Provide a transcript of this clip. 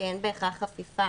שאין בהכרח חפיפה